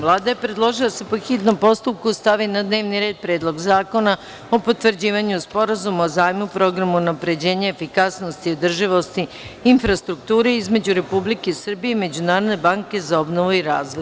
Vlada je predložila da se po hitnom postupku stavi na dnevni red Predlog zakona o potvrđivanju Sporazuma o zajmu, programu unapređenja, efikasnosti i održivosti, infrastrukturi između Republike Srbije i Međunarodne banke za obnovu i razvoj.